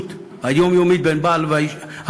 השותפות היומיומית בין הבעל והאישה